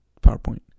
PowerPoint